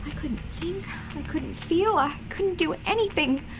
couldn't think, i couldn't feel, i couldn't do anything.